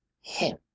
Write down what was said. Him